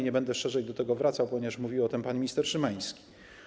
Nie będę szerzej do tego wracał, ponieważ mówił o tym pan minister Szymański.